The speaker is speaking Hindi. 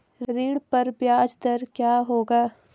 ऋण पर ब्याज दर क्या होगी?